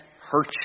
hurt